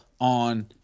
on